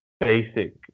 basic